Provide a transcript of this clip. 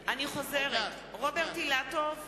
(קוראת בשמות חברי הכנסת) אני חוזרת: רוברט אילטוב,